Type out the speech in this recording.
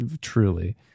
truly